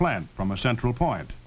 plant from a central point